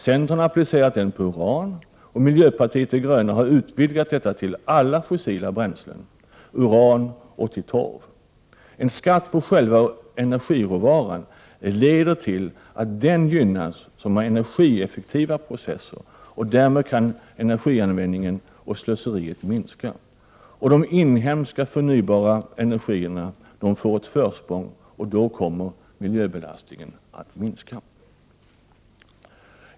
Centern har applicerat den på uran, och miljöpartiet de gröna har utvidgat detta till alla fossila bränslen, uran och torv. En skatt på själva energiråvaran leder till att den som har energieffektiva processer gynnas. Därmed kan energianvändningen och slöseriet minska. De inhemska förnybara energierna får ett försprång, och det kommer att minska miljöbelastningen.